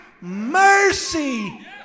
mercy